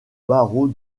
barreau